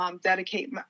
Dedicate